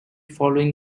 following